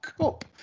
Cup